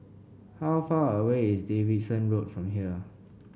how far away is Davidson Road from here